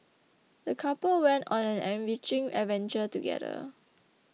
the couple went on an enriching adventure together